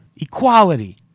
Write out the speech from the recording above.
equality